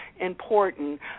important